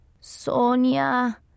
Sonia